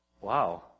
Wow